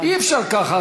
אי-אפשר ככה.